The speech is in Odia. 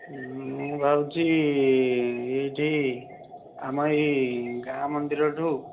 ମୁଁ ଭାବୁଛି ଏଇଠି ଆମ ଏଇ ଗାଁ ମନ୍ଦିରଠୁ